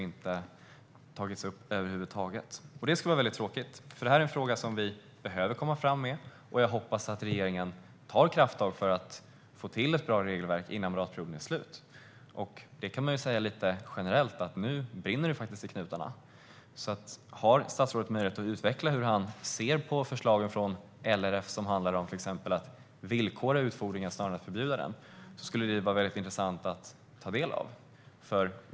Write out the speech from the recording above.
Det vore tråkigt om så skedde här, för detta är en fråga som vi behöver komma framåt med. Jag hoppas att regeringen tar krafttag för att få till ett bra regelverk innan mandatperioden är slut, för nu brinner det faktiskt i knutarna. Har statsrådet möjlighet att utveckla hur han ser på LRF:s förslag om att villkora snarare än förbjuda utfodringen? Det skulle vara intressant att ta del av det.